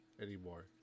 anymore